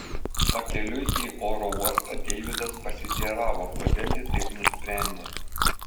pakeliui į oro uostą deividas pasiteiravo kodėl ji taip nusprendė